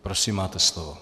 Prosím, máte slovo.